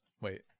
Wait